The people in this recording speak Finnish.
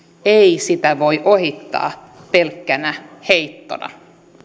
ei sitä voi ohittaa pelkkänä heittona